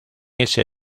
ese